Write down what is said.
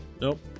nope